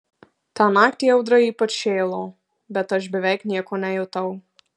tą naktį audra ypač šėlo bet aš beveik nieko nejutau